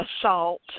assault